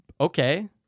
Okay